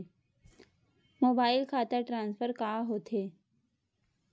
Mobile खाता transfer का होथे?